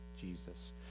Jesus